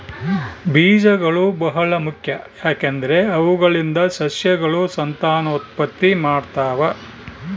ಬೀಜಗಳು ಬಹಳ ಮುಖ್ಯ, ಯಾಕಂದ್ರೆ ಅವುಗಳಿಂದ ಸಸ್ಯಗಳು ಸಂತಾನೋತ್ಪತ್ತಿ ಮಾಡ್ತಾವ